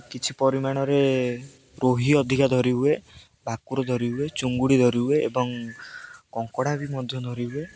କିଛି ପରିମାଣରେ ରୋହି ଅଧିକା ଧରିହୁଏ ଭାକୁର ଧରି ହୁଏ ଚିଙ୍ଗୁଡ଼ି ଧରି ହୁଏ ଏବଂ କଙ୍କଡ଼ା ବି ମଧ୍ୟ ଧରି ହୁଏ